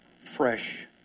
fresh